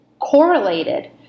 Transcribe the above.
correlated